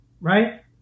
right